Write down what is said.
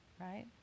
right